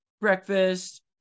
breakfast